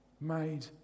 made